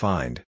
Find